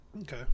Okay